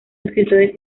escritores